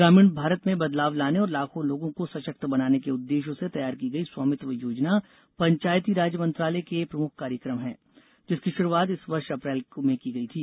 ग्रामीण भारत में बदलाव लाने और लाखों लोगों को सशक्त बनाने के उद्देश्य से तैयार की गई स्वामित्व योजना पंचायती राज मंत्रालय का प्रमुख कार्यक्रम है जिसकी शुरूआत इस वर्ष अप्रैल में की गई थी